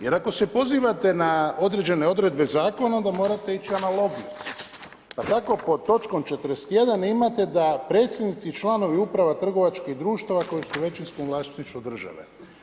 Jer ako se pozivate na određene odredbe Zakona, onda morate ići analogijom, pa tako pod točkom 41. imate da predsjednici i članovi uprava trgovačkih društva koji su u većinskom vlasništvu države.